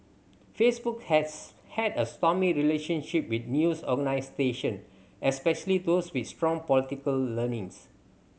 Facebook has had a stormy relationship with news organisation especially those with strong political leanings